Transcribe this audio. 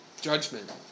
judgment